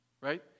right